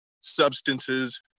substances